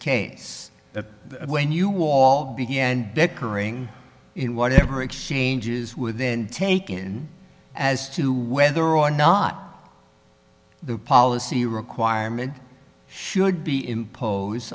case that when you all began decorating in whatever exchanges with then take in as to whether or not the policy requirement should be impose